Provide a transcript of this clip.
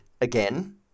Again